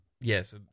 Yes